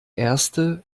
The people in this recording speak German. erste